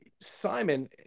Simon